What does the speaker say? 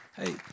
Hey